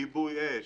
כיבוי אש,